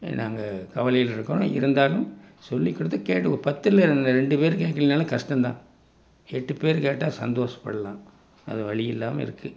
நாங்கள் கவலையில் இருக்கோம் இருந்தாலும் சொல்லிக் கொடுத்து கேட்டுக்கோ பத்தில் இந்த ரெண்டு பேர் கேட்கலைனாலும் கஷ்டந்தான் எட்டு பேர் கேட்டால் சந்தோஷப்பட்லாம் அது வலி இல்லாமல் இருக்குது